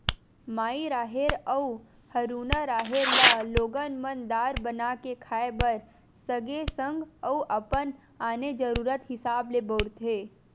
माई राहेर अउ हरूना राहेर ल लोगन मन दार बना के खाय बर सगे संग अउ अपन आने जरुरत हिसाब ले बउरथे